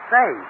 Say